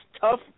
tough